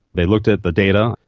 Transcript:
they looked at the data,